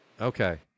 okay